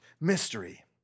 mystery